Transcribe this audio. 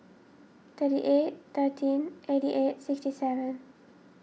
thirty eight thirteen eighty eight sixty seven